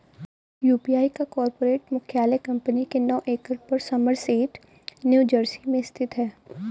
UPI का corporate मुख्यालय कंपनी के नौ एकड़ पर समरसेट न्यू जर्सी में स्थित है